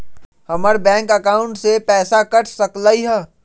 हमर bank account से पैसा कट सकलइ ह?